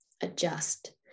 adjust